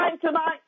tonight